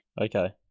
Okay